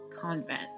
convent